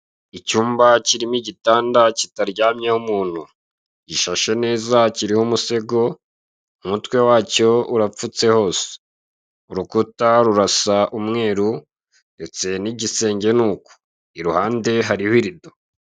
Icyumba kirimo igitanda kitaryamyeho umuntu, gishashe neza kiriho umusego, umutwe wacyo urapfutse hose, urukuta rurasa umweru ndetse n'igisenge ni uko, i ruhande harihi irido.